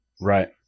Right